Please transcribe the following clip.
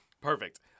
perfect